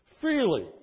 Freely